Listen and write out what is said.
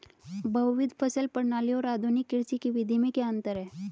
बहुविध फसल प्रणाली और आधुनिक कृषि की विधि में क्या अंतर है?